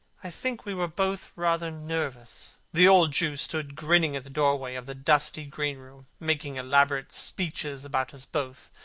i think we were both rather nervous. the old jew stood grinning at the doorway of the dusty greenroom, making elaborate speeches about us both,